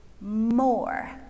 more